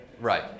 right